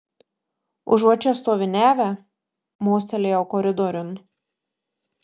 užuot čia stoviniavę mostelėjau koridoriun